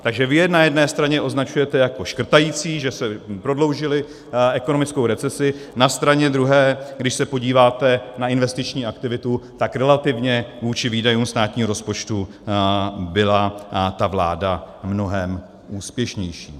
Takže vy je na jedné straně označujete jako škrtající, že prodloužili ekonomickou recesi, na straně druhé, když se podíváte na investiční aktivitu, tak relativně vůči výdajům státního rozpočtu byla ta vláda mnohem úspěšnější.